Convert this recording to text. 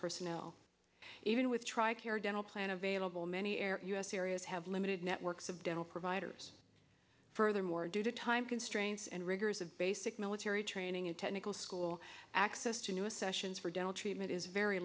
personnel even with tri care dental plan available many air us areas have limited networks of dental providers furthermore due to time constraints and rigors of basic military training and technical school access to newest sessions for dental treatment is very